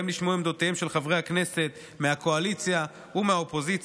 שבהם נשמעו עמדותיהם של חברי הכנסת מהקואליציה ומהאופוזיציה.